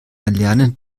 erlernen